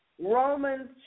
Romans